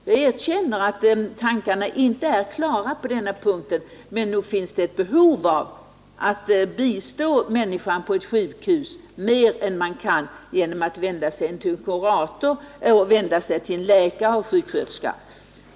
Jag erkänner att tankarna inte är klara på denna punkt, men nog finns det ett behov av att bistå människan på ett sjukhus mer än man kan göra genom att hänvisa vederbörande att vända sig till kurator, till läkare eller sjuksköterska.